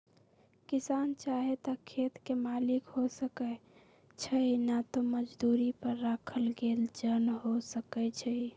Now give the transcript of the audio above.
किसान चाहे त खेत के मालिक हो सकै छइ न त मजदुरी पर राखल गेल जन हो सकै छइ